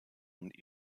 und